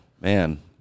man